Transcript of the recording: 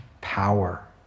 power